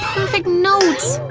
like notes!